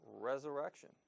resurrection